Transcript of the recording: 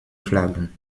flaggen